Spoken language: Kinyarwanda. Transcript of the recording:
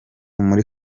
muri